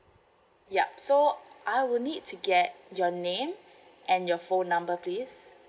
yup so I will need to get your name and your phone number please